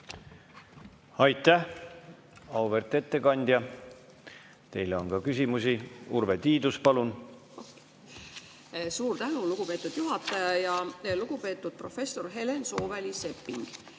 Aitäh, auväärt ettekandja! Teile on ka küsimusi. Urve Tiidus, palun! Suur tänu, lugupeetud juhataja! Lugupeetud professor Helen Sooväli‑Sepping!